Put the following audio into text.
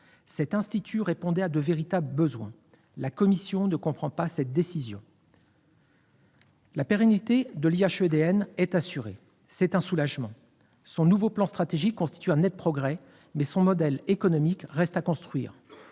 commission des affaires étrangères ne comprend pas cette décision. La pérennité de l'IHEDN est assurée. C'est un soulagement ! Son nouveau plan stratégique constitue un net progrès, mais son modèle économique reste à construire.